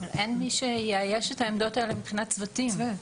אין מי שיאייש את העמדות האלה מבחינת צוותים.